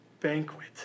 banquet